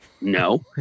No